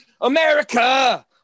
America